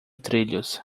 trilhos